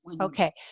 Okay